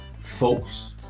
folks